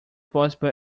possible